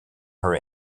her